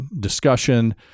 discussion